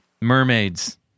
Mermaids